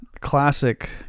classic